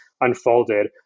unfolded